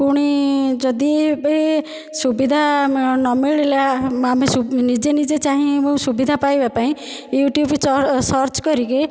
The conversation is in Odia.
ପୁଣି ଯଦି ଏବେ ସୁବିଧା ନ ମିଳିଲା ଆମେ ନିଜେ ନିଜେ ଚାହିଁବୁ ସୁବିଧା ପାଇବା ପାଇଁ ୟୁଟ୍ୟୁବ୍ ସର୍ଚ୍ଚ କରିକି